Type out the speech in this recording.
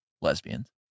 lesbians